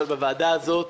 אבל בוועדה הזאת.